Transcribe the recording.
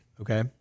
Okay